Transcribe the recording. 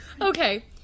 Okay